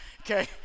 okay